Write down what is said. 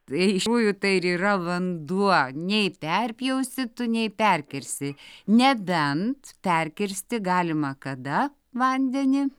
tai iš tikrųjų tai ir yra vanduo nei perpjausi tu nei perkirsi nebent perkirsti galima kada vandenį